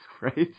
right